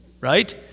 right